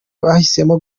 bahisemo